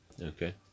Okay